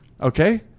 okay